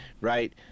right